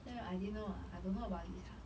tell you I didn't know ah I don't know about this ah